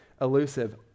elusive